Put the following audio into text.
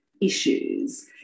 issues